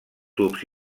tubs